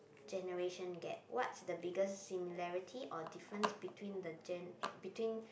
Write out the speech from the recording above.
generation gap what's the biggest similarity or difference between the gen~ between